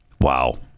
Wow